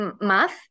math